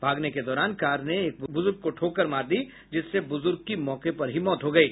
भागने के दौरान कार ने एक बुजुर्ग ठोकर मार दी जिससे बुजुर्ग की मौके पर ही मौत हो गयी